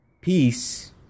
peace